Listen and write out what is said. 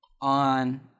on